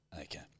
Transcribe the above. Okay